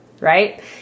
right